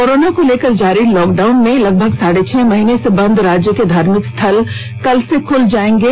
corona को लेकर जारी लॉकडाउन में लगभग साढ़े छह महीने से बंद राज्य के धार्मिक स्थल कल से खुल जाएंगे